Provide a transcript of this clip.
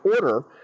order